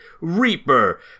Reaper